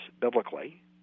biblically